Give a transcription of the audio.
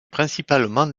principalement